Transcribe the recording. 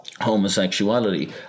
homosexuality